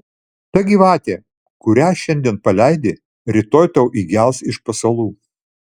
ta gyvatė kurią šiandien paleidi rytoj tau įgels iš pasalų